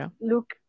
look